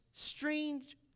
Strange